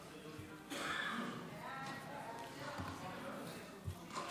הסתייגות 6 לא נתקבלה.